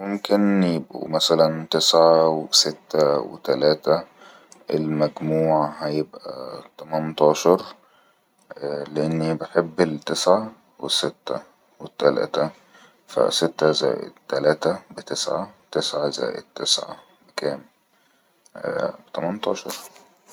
يمكن يكون مسلا تسعه و ستة و تلاته المجموع هيبئي تمنتاشر لأني بحب الـ تسعه و السته و التلاته فا سته زائد تلاته بتسعه تسعه زائد تسعه بكام بتمنتاشر